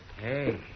Hey